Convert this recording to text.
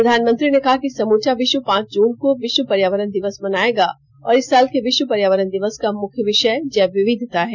प्रधानमंत्री ने कहा कि समुचा विश्व पांच जुन को विश्व पर्यावरण दिवस मनाएगा और इस साल के विश्व पर्यावरण दिवस का मुख्य विषय जैव विविधता है